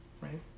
right